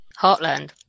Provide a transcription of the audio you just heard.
Heartland